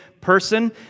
person